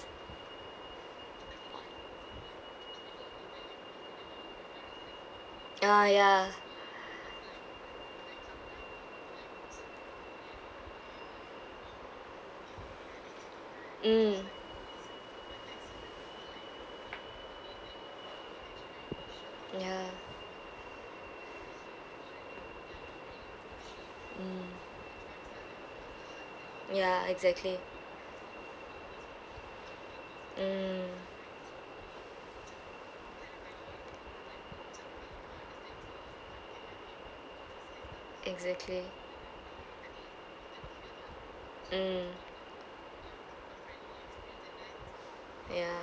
ah ya mm ya mm ya exactly mm exactly mm ya